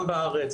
גם בארץ,